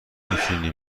میتونی